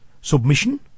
submission